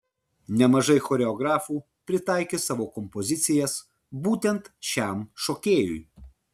nemažai choreografų pritaikė savo kompozicijas būtent šiam šokėjui